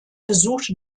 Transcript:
besuchte